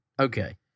Okay